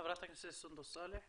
חברת הכנסת סונדוס סאלח.